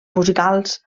musicals